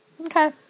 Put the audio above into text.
Okay